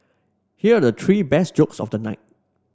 here are the three best jokes of the night